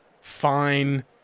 fine